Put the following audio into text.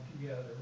together